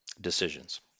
decisions